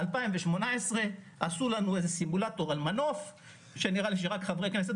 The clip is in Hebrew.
ב-2018 עשו לנו סימולטור על מנוף שנראה לי שרק חברי כנסת